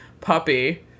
puppy